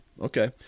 Okay